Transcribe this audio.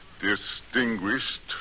distinguished